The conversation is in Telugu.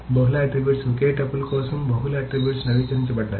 బహుళ ఆట్రిబ్యూట్స్ ఒకే టపుల్ కోసం బహుళ ఆట్రిబ్యూట్స్ నవీకరించబడ్డాయి